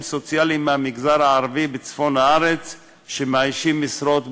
סוציאליים מהמגזר הערבי בצפון הארץ שמאיישים משרות בדרום.